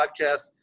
podcast